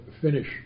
finish